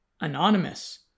anonymous